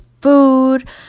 food